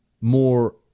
more